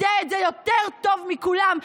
יודע את זה יותר טוב מכולם.